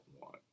want